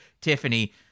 Tiffany